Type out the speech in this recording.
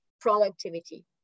productivity